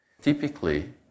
Typically